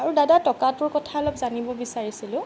আৰু দাদা টকাটোৰ কথা অলপ জানিব বিচাৰিছিলোঁ